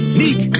neek